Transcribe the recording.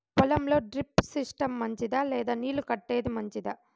పొలం లో drip system మంచిదా లేదా నీళ్లు కట్టేది మంచిదా?